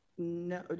No